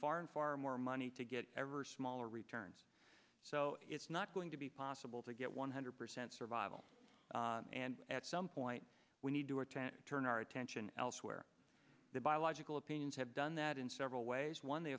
and far more money to get ever smaller returns so it's not going to be possible to get one hundred percent survival and at some point we need to or to turn our attention elsewhere the biological opinions have done that in several ways one